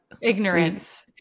Ignorance